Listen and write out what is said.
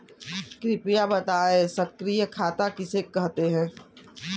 कृपया बताएँ सक्रिय खाता किसे कहते हैं?